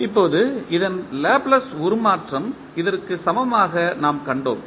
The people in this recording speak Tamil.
இப்போது இதன் லாப்லேஸ் உருமாற்றம் இதற்கு சமமாக நாம் கண்டோம்